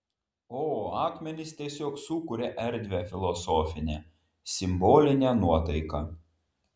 o akmenys tiesiog sukuria erdvią filosofinę simbolinę nuotaiką